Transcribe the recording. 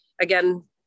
again